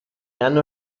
hanno